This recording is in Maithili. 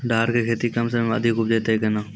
राहर की खेती कम समय मे अधिक उपजे तय केना?